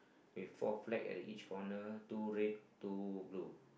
with four flag at the each corner two red two blue